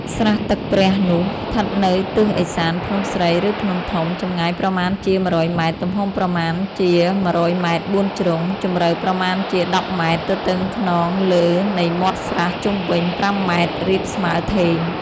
ស្រះទឹកព្រះនោះ ឋិតនៅទិសឦសានភ្នំស្រី ឬ ភ្នំធំ ចម្ងាយប្រមាណជា ១០០ ម. ទំហំប្រមាណជា ១០០ ម៉ែត្រ ៤ ជ្រុង, ជម្រៅប្រមាណជា ១០ ម. ទទឹងខ្នងលើនៃមាត់ស្រះជុំវិញ ៥ ម. រាបស្មើធេង ។